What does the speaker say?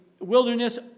Wilderness